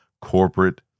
corporate